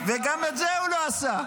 וגם את זה הוא לא עשה.